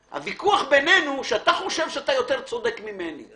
הוויכוח בינינו הוא שאתה חושב שאתה יותר צודק ממני.